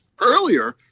earlier